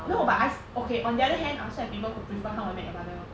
no but us okay on the other hand I also have people who prefer how I met your mother